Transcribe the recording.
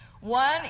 One